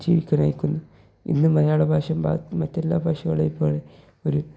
ജീവിക്കാനായിക്കുന്നു ഇന്ന് മലയാള ഭാഷാ മാ മറ്റെല്ലാ ഭാഷകളെ പോലെ ഒരു